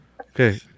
Okay